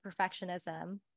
perfectionism